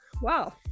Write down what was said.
wow